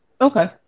Okay